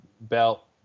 belt